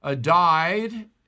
died